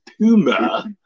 puma